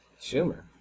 Schumer